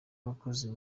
abakozi